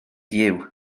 fyw